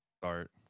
start